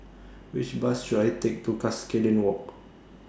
Which Bus should I Take to Cuscaden Walk